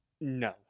no